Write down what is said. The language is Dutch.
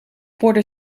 porde